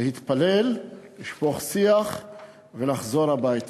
להתפלל, לשפוך שיח ולחזור הביתה.